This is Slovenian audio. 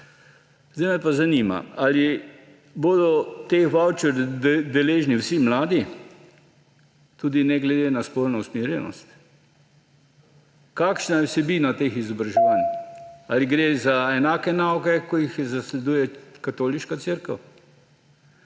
Sedaj me pa zanima: Ali bodo teh vavčerjev deležni vsi mladi? Tudi ne glede na spolno usmerjenost? Kakšna je vsebina teh izobraževanj? Ali gre za enake nauke, kot jih zasleduje Katoliška cerkev?